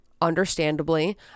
understandably